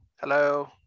Hello